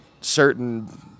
certain